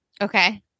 Okay